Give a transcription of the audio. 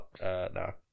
No